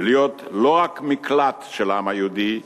ולהיות לא רק מקלט של העם היהודי,